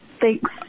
Thanks